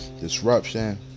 disruption